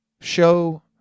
show